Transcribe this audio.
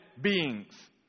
beings